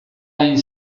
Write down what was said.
hain